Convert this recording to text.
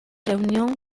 reunión